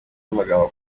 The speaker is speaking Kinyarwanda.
amagambo